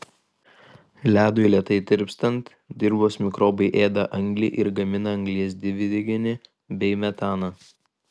ledui lėtai tirpstant dirvos mikrobai ėda anglį ir gamina anglies dvideginį bei metaną